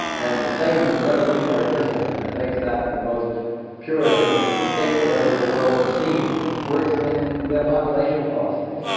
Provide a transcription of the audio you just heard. and the same revolutionary discipline that makes that the most puritan state that ever the world has seen works in their population policies.